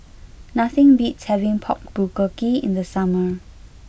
nothing beats having Pork Bulgogi in the summer